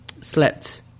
slept